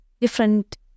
different